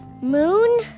Moon